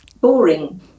boring